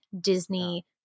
Disney